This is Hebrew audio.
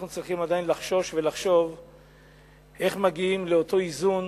אנחנו צריכים עדיין לחשוש ולחשוב איך מגיעים לאותו איזון